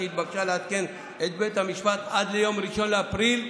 שהתבקשה לעדכן את בית המשפט עד ליום 1 באפריל,